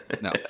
No